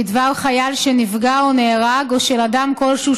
בדבר חייל שנפגע או נהרג או של אדם כלשהו